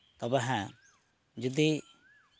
ᱛᱚᱵᱮ ᱦᱮᱸ ᱡᱩᱫᱤ